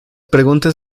preguntas